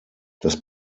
das